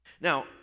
Now